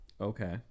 Okay